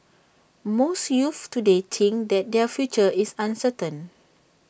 most youths today think that their future is uncertain